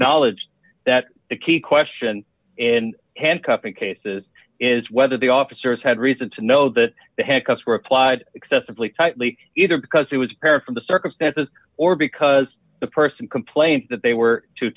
acknowledged that the key question in handcuffing cases is whether the officers had reason to know that the handcuffs were applied excessively tightly either because it was paraffin the circumstances or because the person complain that they were too